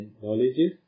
knowledge